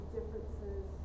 Differences